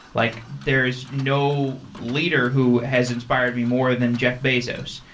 like there is no leader who has inspired me more than jeff bezos.